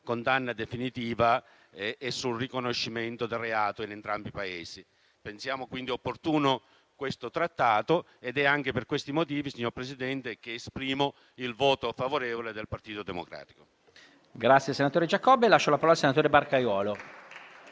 condanna definitiva e riconoscimento del reato in entrambi i Paesi. Riteniamo quindi opportuno questo Trattato ed è per questi motivi, signor Presidente, che esprimo il voto favorevole del Partito Democratico.